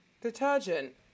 Detergent